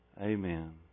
Amen